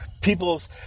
people's